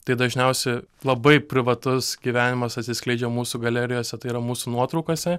tai dažniausiai labai privatus gyvenimas atsiskleidžia mūsų galerijose tai yra mūsų nuotraukose